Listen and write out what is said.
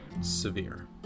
severe